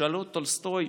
שאלו את טולסטוי: